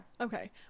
okay